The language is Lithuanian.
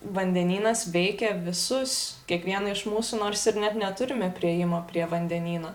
vandenynas veikia visus kiekvieną iš mūsų nors ir net neturime priėjimo prie vandenyno